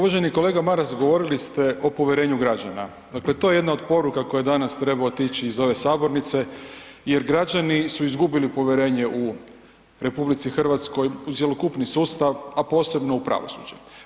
Uvaženi kolega Maras govorili ste o povjerenju građana, dakle to je jedna od poruka koja danas treba otići iz ove sabornice jer građani su izgubili povjerenje u RH u cjelokupni sustav, a posebno u pravosuđe.